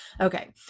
Okay